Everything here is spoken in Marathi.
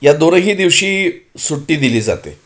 या दोनही दिवशी सुट्टी दिली जाते